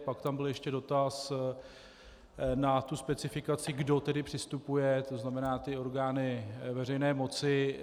Pak tam byl ještě dotaz na tu specifikaci, kdo tedy přistupuje, to znamená orgány veřejné moci.